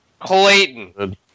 Clayton